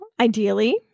ideally